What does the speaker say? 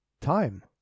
time